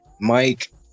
Mike